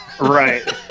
Right